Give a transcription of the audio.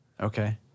Okay